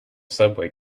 subway